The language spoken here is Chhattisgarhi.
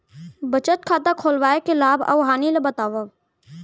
बचत खाता खोलवाय के लाभ अऊ हानि ला बतावव?